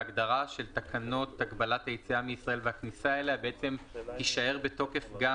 ההגדרה של תקנות הגבלת היציאה מישראל והכניסה אליה תישאר בתוקף גם